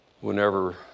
whenever